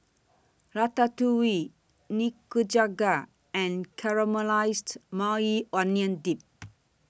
Ratatouille Nikujaga and Caramelized Maui Onion Dip